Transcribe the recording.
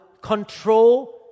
control